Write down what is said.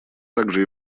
также